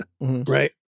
Right